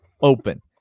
open